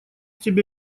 тебя